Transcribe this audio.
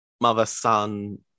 mother-son